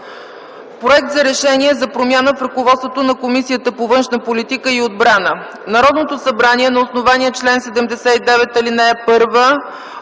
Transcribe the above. „Проект РЕШЕНИЕ за промяна в ръководството на Комисията по външна политика и отбрана Народното събрание на основание чл. 79, ал. 1